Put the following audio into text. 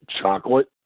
chocolate